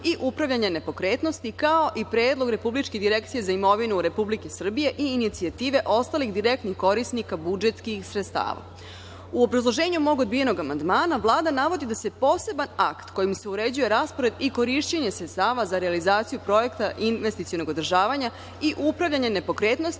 i upravljanja nepokretnosti, kao i predlog Republičke direkcije za imovinu Republike Srbije i inicijative ostalih direktnih korisnika budžetskih sredstava.U obrazloženju, mog odbijenog amandmana, Vlada navodi da se poseban akt kojim se uređuje raspored i korišćenje sredstava za realizaciju projekta investicionog održavanja i upravljanja nepokretnostima